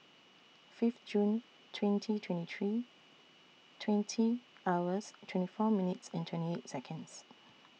Fifth June twenty twenty three twenty hours twenty four minutes and twenty eight Seconds